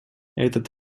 этот